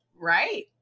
right